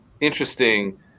interesting